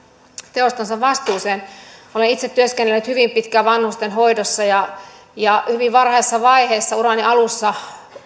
teostansa vastuuseen olen itse työskennellyt hyvin pitkään vanhustenhoidossa ja ja hyvin varhaisessa vaiheessa urani alussa